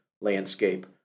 landscape